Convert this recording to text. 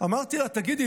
ואמרתי לה: תגידי,